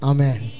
Amen